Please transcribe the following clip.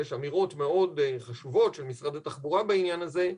יש אמירות מאוד חשובות של משרד התחבורה בעניין הזה,